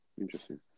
Interesting